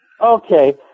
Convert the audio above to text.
Okay